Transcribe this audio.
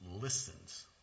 listens